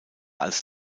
als